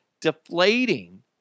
deflating